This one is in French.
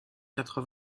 quatre